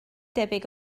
debyg